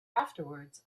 afterwards